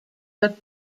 that